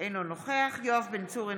אינו נוכח יואב בן צור,